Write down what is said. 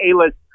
A-list